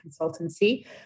consultancy